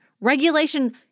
regulation